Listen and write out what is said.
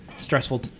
stressful